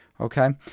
okay